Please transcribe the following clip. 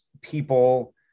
people